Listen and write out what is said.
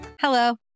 Hello